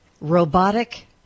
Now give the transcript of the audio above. robotic